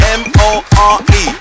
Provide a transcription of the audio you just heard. m-o-r-e